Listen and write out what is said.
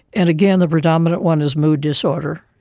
and again, the predominant one is mood disorder.